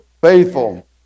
faithful